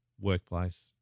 workplace